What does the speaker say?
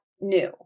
new